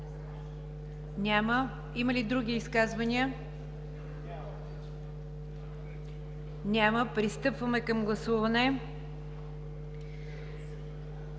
Няма. Има ли други изказвания? Няма. Пристъпваме към гласуване.